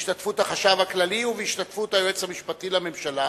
בהשתתפות החשב הכללי ובהשתתפות היועץ המשפטי לממשלה.